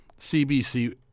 CBC